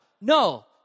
No